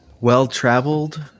well-traveled